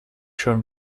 schon